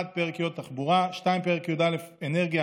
1. פרק י' (תחבורה); 2. פרק י"א (אנרגיה),